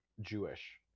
jewish